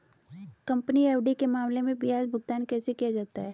Company FD के मामले में ब्याज भुगतान कैसे किया जाता है?